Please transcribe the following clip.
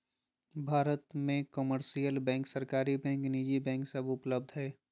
भारत मे commercial bank, सरकारी bank, निजी बैंक सब उपलब्ध हय